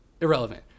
Irrelevant